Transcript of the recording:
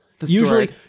Usually